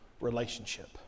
relationship